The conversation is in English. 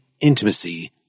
intimacy